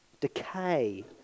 decay